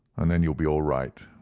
and then you'll be all right.